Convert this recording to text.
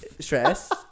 Stress